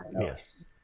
yes